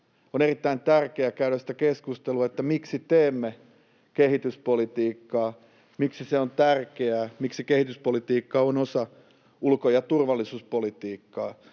on erittäin tärkeää käydä keskustelua siitä, miksi teemme kehityspolitiikkaa, miksi se on tärkeää, miksi kehityspolitiikka on osa ulko- ja turvallisuuspolitiikkaa.